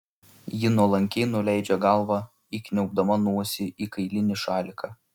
ji nuolankiai nuleidžia galvą įkniaubdama nosį į kailinį šaliką